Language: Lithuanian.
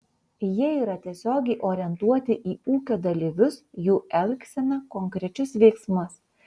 jie yra tiesiogiai orientuoti į ūkio dalyvius jų elgseną konkrečius veiksmus